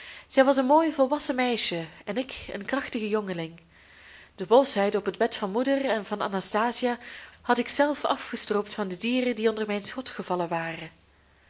zij was een mooi volwassen meisje en ik een krachtige jongeling de wolfshuiden op het bed van moeder en van anastasia had ik zelf afgestroopt van de dieren die onder mijn schot gevallen waren